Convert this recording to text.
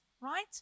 right